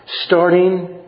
Starting